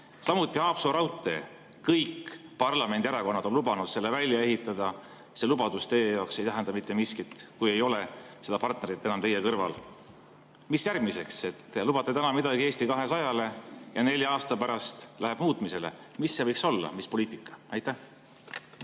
Samuti Haapsalu raudtee – kõik parlamendierakonnad on lubanud selle välja ehitada. See lubadus teie jaoks ei tähenda mitte miskit, kui ei ole seda partnerit enam teie kõrval. Mis järgmiseks? Lubate täna midagi Eesti 200-le ja nelja aasta pärast läheb muutmisele. Mis see võiks olla, mis poliitika? Aitäh,